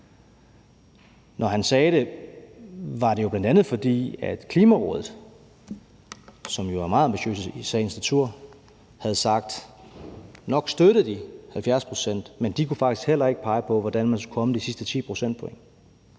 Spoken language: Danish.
Når han sagde det, var det jo bl.a., fordi Klimarådet, som jo er meget ambitiøs i sagens natur, havde sagt, at nok støttede de 70 pct., men at de faktisk heller ikke kunne pege på, hvordan man skulle komme med de sidste 10